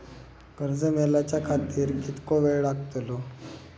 कर्ज मेलाच्या खातिर कीतको वेळ लागतलो?